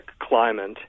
climate